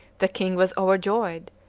the king was overjoyed,